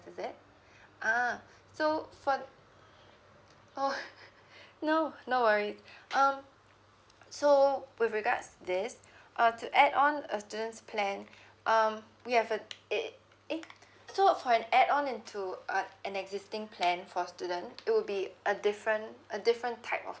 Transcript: is it ah so for oh no no worries um so with regards to this uh to add on a students plan um we have uh it eh so for an add-on into uh an existing plan for student it would be a different a different type of